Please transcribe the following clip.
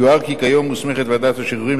יוער כי כיום מוסמכת ועדת השחרורים